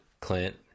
Clint